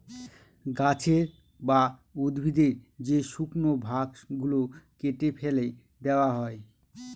গাছের বা উদ্ভিদের যে শুকনো ভাগ গুলো কেটে ফেলে দেওয়া হয়